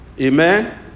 Amen